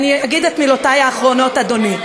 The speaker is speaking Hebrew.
אני אגיד את מילותי האחרונות, אדוני.